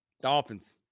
Dolphins